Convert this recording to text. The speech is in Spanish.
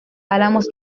álamos